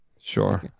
Sure